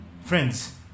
friends